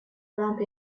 lamp